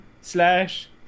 slash